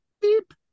Beep